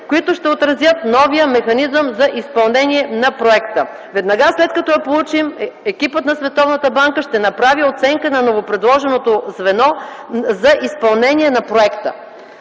които ще отразят новия механизъм за изпълнение на проекта. Веднага след като я получим, екипът на Световната банка ще направи оценка на новопредложеното звено за изпълнение на проекта.”